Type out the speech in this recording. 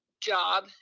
job